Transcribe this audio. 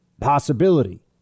possibility